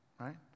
right